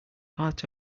part